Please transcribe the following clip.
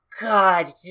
God